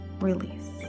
release